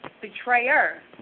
betrayer